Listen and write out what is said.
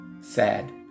sad